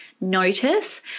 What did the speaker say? notice